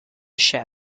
ship